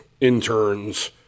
interns